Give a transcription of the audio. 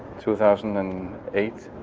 two thousand and eight.